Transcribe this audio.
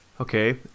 Okay